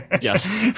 Yes